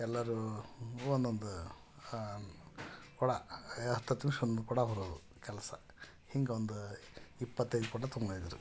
ಎಲ್ಲರು ಒಂದೊಂದು ಏ ಕೊಡ ಹತ್ತತ್ತು ನಿಮ್ಷ ಒಂದೊಂದು ಕೊಡ ಹೊರದು ಕೆಲಸ ಹಿಂಗೆ ಒಂದು ಇಪ್ಪತ್ತೈದು ಕೊಡ ತುಂಬೈತೆ ರೀ